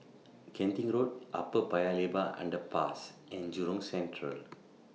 Genting Road Upper Paya Lebar Underpass and Jurong Central